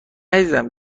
عزیزم